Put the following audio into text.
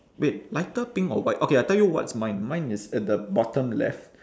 wait lighter pink or white okay I tell you what's mine mine is at the bottom left